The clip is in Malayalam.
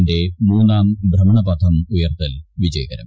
ന്റെ മൂന്നാം ഭ്രമണപഥം ഉയർത്തൽ വിജയകരം